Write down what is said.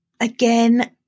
again